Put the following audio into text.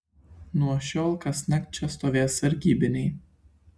nuo šiol kasnakt čia stovės sargybiniai